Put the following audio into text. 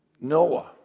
Noah